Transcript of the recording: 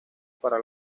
para